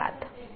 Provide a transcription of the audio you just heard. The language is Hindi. धन्यवाद